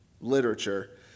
literature